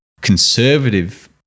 conservative